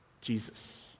Jesus